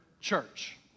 church